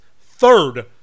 third